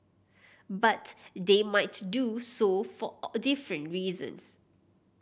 but they might do so for a different reasons